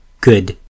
good